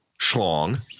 schlong